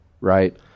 right